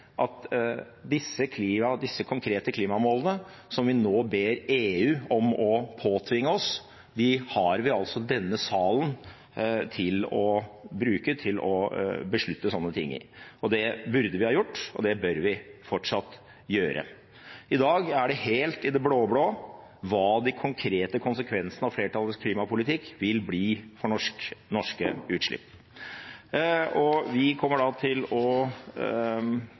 at disse konkrete klimamålene som vi nå ber EU om å påtvinge oss, har vi denne salen vi kan bruke til å beslutte slike ting i. Det burde vi ha gjort, og det bør vi fortsatt gjøre. I dag er det helt i det blå-blå hva de konkrete konsekvensene av flertallets klimapolitikk vil bli for norske utslipp. Miljøpartiet De Grønne kommer til å